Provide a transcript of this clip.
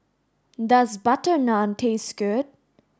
does butter naan taste good